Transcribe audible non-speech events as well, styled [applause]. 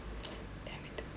[noise] damn it